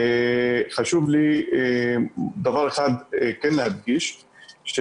חשוב לי דבר אחד כן להדגיש,